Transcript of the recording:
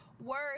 word